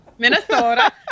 Minnesota